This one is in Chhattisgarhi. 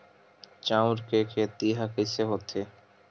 चांउर के खेती ह कइसे होथे?